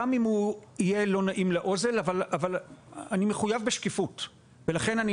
גם אם הוא יהיה לא נעים לאוזן אבל אני מחויב בשקיפות ולכן,